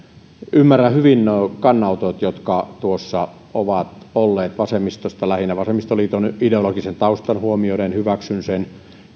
ymmärrän hyvin nuo kannanotot jotka tuossa ovat vasemmistosta lähinnä tulleet vasemmistoliiton ideologisen taustan huomioiden hyväksyn sen